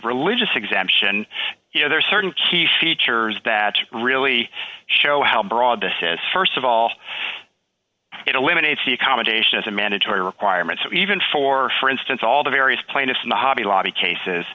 religious exemption you know there are certain key features that really show how broad this is st of all it eliminates the accommodation as a mandatory requirement so even for for instance all the various plaintiffs in the hobby lobby cases